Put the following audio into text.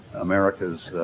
america's